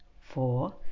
four